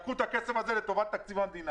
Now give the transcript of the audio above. לקחו את הכסף הזה לטובת תקציב המדינה.